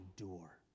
endure